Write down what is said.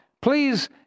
please